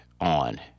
on